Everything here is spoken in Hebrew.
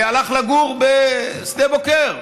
והלך לגור בשדה בוקר,